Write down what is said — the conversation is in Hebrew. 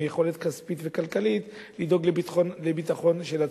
יכולת כספית וכלכלית לדאוג לביטחון של עצמם.